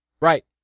Right